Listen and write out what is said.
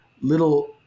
little